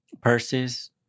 purses